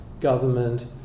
government